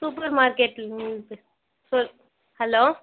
super market சொல் hello